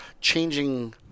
changing